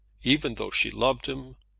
even though she loved him,